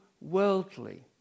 worldly